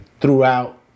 throughout